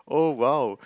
oh !wow!